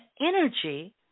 energy